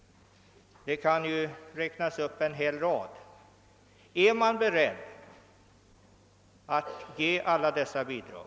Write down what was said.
Det kan ges en mängd sådana exempel. är man beredd att ge alla dessa organisationer bidrag?